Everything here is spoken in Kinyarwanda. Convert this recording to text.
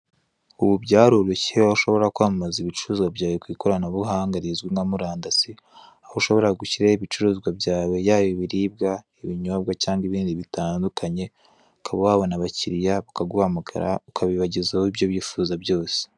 Ubu byaroroshye aho kwamamaza ibicuruzwa byawe ku ikoranabuhanga rizwi nka murandasi, aho ushobora gushyiraho ibicuruzwa byawe yaba ibiribwa, ibinyobwa cyangwa ibindi bitandukanye, ukaba wabona abakiliya, bakaguhamagara, ukabibagezaho ibyo wifuza byose.